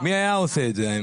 מי היה עושה את זה?